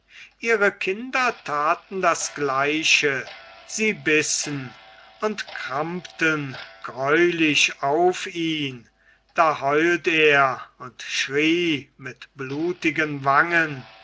ihre kinder taten das gleiche sie bissen und krammten greulich auf ihn da heult er und schrie mit blutigen wangen